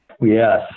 Yes